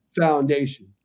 foundation